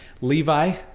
Levi